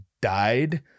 died